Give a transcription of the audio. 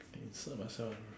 they insert my cell around